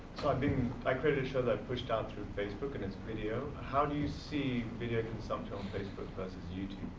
so i mean i created a show that i pushed out through facebook and it's video, how do you see video consumption on facebook versus,